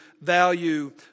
value